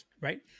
right